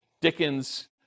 Dickens